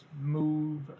move